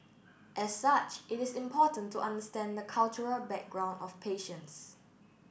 as such it is important to understand the cultural background of patients